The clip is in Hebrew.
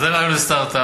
אז זה רעיון לסטארט-אפ,